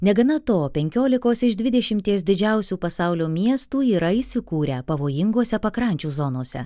negana to penkiolikos iš dvidešimties didžiausių pasaulio miestų yra įsikūrę pavojingose pakrančių zonose